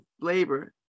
labor